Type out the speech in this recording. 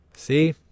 See